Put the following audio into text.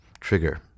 trigger